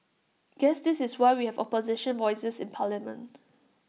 guess this is why we have opposition voices in parliament